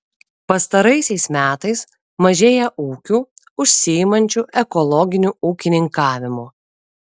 pastaraisiais metais mažėja ūkių užsiimančių ekologiniu ūkininkavimu